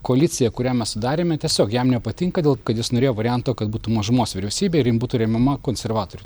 koalicija kurią mes sudarėme tiesiog jam nepatinka dėl kad jis norėjo varianto kad būtų mažumos vyriausybė ir jin būtų remiama konservatorių